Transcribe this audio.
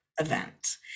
event